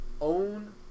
own